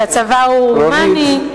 שהצבא הוא הומני.